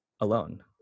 alone